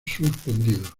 suspendidos